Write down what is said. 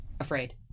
afraid